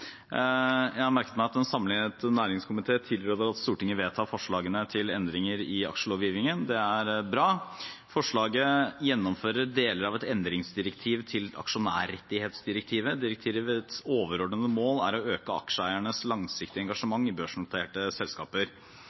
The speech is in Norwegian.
Jeg har merket meg at en samlet næringskomité tilråder at Stortinget vedtar forslagene til endringer i aksjelovgivningen. Det er bra. Forslagene gjennomfører deler av et endringsdirektiv til aksjonærrettighetsdirektivet. Direktivets overordnede mål er å øke aksjeeiernes langsiktige engasjement i børsnoterte selskaper.